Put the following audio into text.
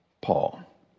Paul